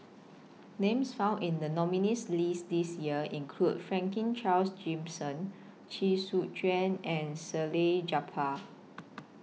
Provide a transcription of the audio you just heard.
Names found in The nominees' list This Year include Franklin Charles Gimson Chee Soon Juan and Salleh Japar